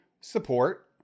support